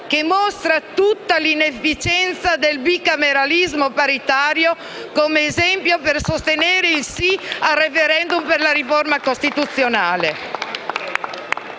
che mostra tutta l'inefficienza del bicameralismo paritario, come esempio per sostenere il sì al *referendum* sulla riforma costituzionale.